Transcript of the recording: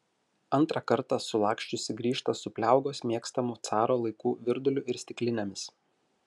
antrą kartą sulaksčiusi grįžta su pliaugos mėgstamu caro laikų virduliu ir stiklinėmis